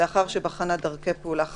לאחר שבחנה דרכי פעולה חלופיות,